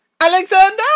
Alexander